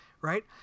right